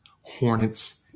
hornets